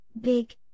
big